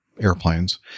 airplanes